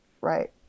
right